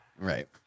right